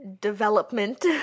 development